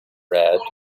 red